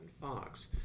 Fox